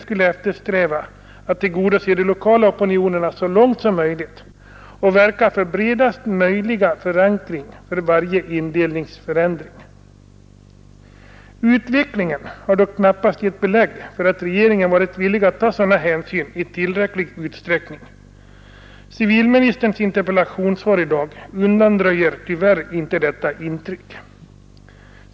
va att tillgodose de lokala opinionerna så långt som möjligt och verka för bredaste möjliga förankring för varje indelningsförändring. Utvecklingen har knappast givit belägg för att regeringen har varit beredd att ta sådana hänsyn i tillräcklig utsträckning. Civilministerns interpellationssvar i dag undanröjer tyvärr inte detta intryck.